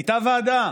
הייתה ועדה,